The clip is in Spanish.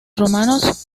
romanos